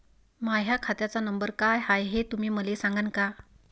माह्या खात्याचा नंबर काय हाय हे तुम्ही मले सागांन का?